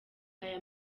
aya